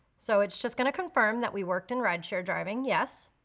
so it's just gonna confirm that we worked in rideshare driving, yes.